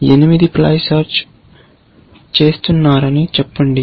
మీరు 8 ply search చేస్తున్నారని చెప్పండి